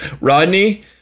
rodney